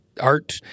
art